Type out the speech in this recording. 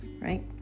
right